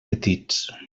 petits